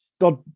God